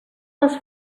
les